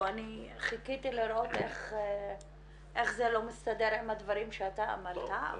אני חיכיתי לראות איך זה לא מסתדר עם הדברים שאתה אמרת,